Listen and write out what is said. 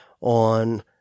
on